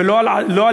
ולא על דתיות,